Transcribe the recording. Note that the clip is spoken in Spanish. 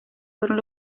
fueron